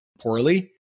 poorly